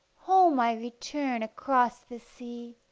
home i return across the sea,